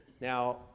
Now